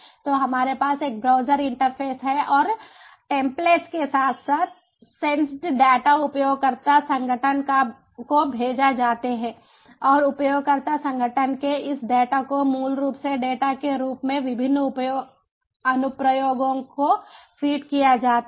तो हमारे पास एक ब्राउज़र इंटरफ़ेस है और टेम्प्लेट के साथ साथ सेंसेटेड डेटा उपयोगकर्ता संगठन को भेजे जाते हैं और उपयोगकर्ता संगठन के इस डेटा को मूल रूप से डेटा के रूप में विभिन्न अनुप्रयोगों को फीड किया जाता है